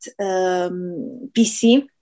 PC